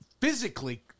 Physically